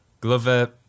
Glover